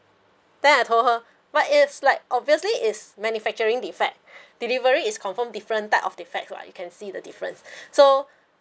then I told her what it's like obviously is manufacturing defect delivery is confirm different type of defect right you can see the difference so